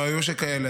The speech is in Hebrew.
לא היו שכאלה.